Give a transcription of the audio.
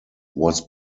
was